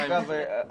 אגב,